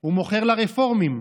הוא מוכר לרפורמים.